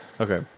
Okay